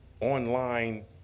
online